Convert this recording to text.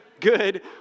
good